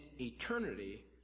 eternity